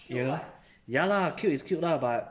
you know ya lah cute is cute lah but